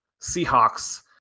Seahawks